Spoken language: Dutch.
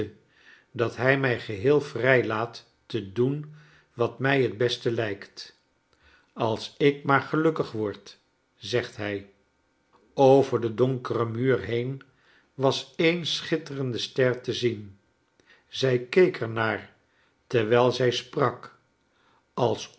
dat hij mij geheel vrijlaat te doen wat mij het best lijkt als ik maar gelukkig word zegt hij over den donkeren muur heen was een schitterende ster te zien zij keek er naar terwijl zij sprak